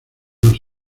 los